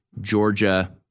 Georgia